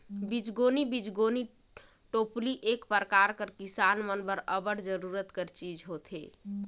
बीजगोनी बीजगोनी टोपली एक परकार कर किसान मन बर अब्बड़ जरूरत कर चीज होथे